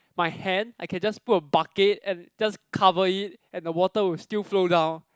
my hand I can just put a bucket and just cover it and the water will still flow down